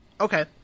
Okay